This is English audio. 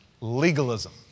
Legalism